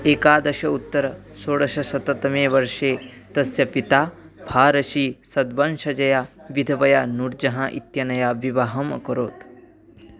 एकादशोत्तरषोडशशततमे वर्षे तस्य पिता फार्शी सद्वंसजया विधवया नूर्जहान् इत्यनया विवाहम् अकरोत्